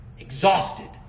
Exhausted